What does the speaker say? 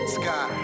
sky